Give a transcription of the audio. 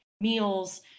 meals